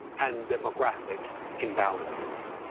and demographic imbalances.